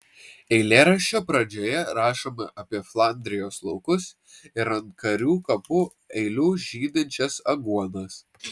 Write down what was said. eilėraščio pradžioje rašoma apie flandrijos laukus ir ant karių kapų eilių žydinčias aguonas